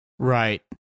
Right